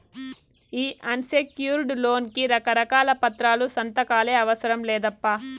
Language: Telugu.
ఈ అన్సెక్యూర్డ్ లోన్ కి రకారకాల పత్రాలు, సంతకాలే అవసరం లేదప్పా